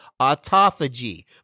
autophagy